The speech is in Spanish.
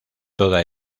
toda